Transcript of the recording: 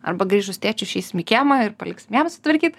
arba grįžus tėčiui išeisim į kiemą ir paliksim jam sutvarkyt